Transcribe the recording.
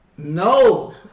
No